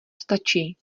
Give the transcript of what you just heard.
stačí